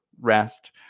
rest